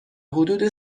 حدود